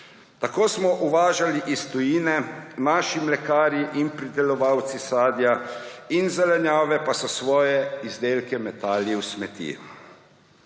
Tako smo uvažali iz tujine, naši mlekarji in pridelovalci sadja in zelenjave pa so svoje izdelke metali v smeti.